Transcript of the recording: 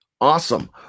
Awesome